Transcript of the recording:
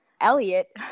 Elliot